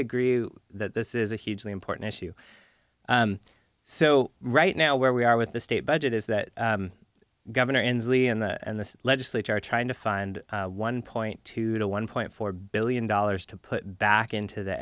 agree that this is a hugely important issue so right now where we are with the state budget is that governor inslee and the legislature are trying to find one point two to one point four billion dollars to put back into the